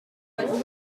but